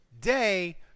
day